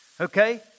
Okay